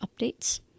updates